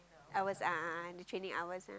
hours a'ah a'ah in the training hours a'ah